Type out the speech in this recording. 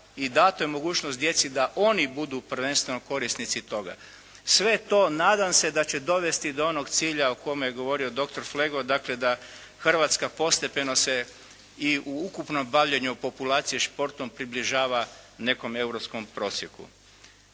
i dana je mogućnost djeci da oni budu prvenstveno korisnici toga. Sve to, nadam se da će dovesti do onog cilja o kome je govorio doktor Flego, dakle da Hrvatska postepeno se i u ukupnom bavljenju populacije športom približava nekom europskom prosjeku.